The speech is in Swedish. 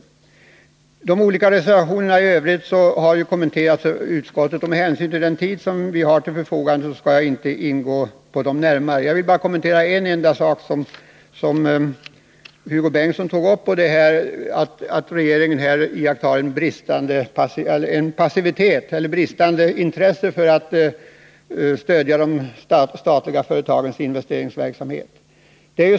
Innehållet i de olika reservationerna i övrigt har kommenterats av utskottet, och med hänsyn till den tid som vi har till förfogande skall jag inte gå närmare in på dem. Jag vill bara kommentera en enda sak som Hugo Bengtsson tog upp, nämligen när han påstod att regeringen brister i intresse för att stödja de statliga företagens investeringsverksamhet.